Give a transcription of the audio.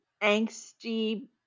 angsty